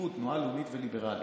הליכוד תנועה לאומית וליברלית,